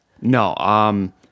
No